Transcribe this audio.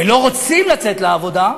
ולא רוצים לצאת לעבודה,